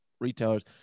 retailers